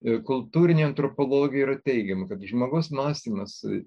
kultūrinėje antropologijoje yra teigiama kad žmogus mąstymas